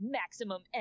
maximum